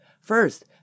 First